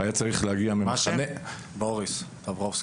בוריס טברובסקי.